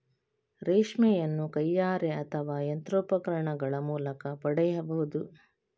ರೇಷ್ಮೆಯನ್ನು ಕೈಯಾರೆ ಅಥವಾ ಯಂತ್ರೋಪಕರಣಗಳ ಮೂಲಕ ಪಡೆಯಬಹುದು